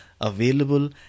available